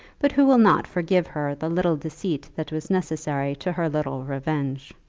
but who will not forgive her the little deceit that was necessary to her little revenge?